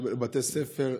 בתי ספר,